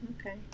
okay